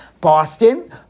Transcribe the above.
Boston